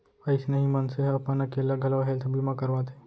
अइसने ही मनसे ह अपन अकेल्ला घलौ हेल्थ बीमा करवाथे